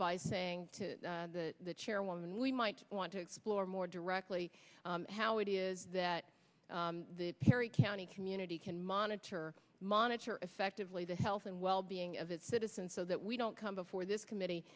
by saying to the chairwoman we might want to explore more directly how it is that the perry county community can monitor monitor effectively the health and wellbeing of its citizens so that we don't come before this committee